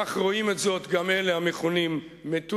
כך רואים את זאת גם אלה המכונים מתונים,